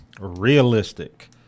realistic